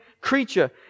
creature